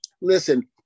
Listen